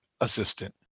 assistant